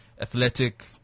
Athletic